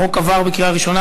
החוק עבר בקריאה ראשונה,